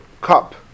cup